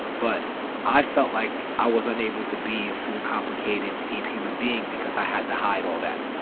but i felt like i wasn't able to be a full, complicated, deep human being because i had to hide all that.